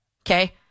Okay